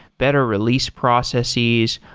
better release processes.